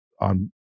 on